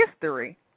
history